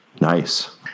Nice